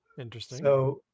Interesting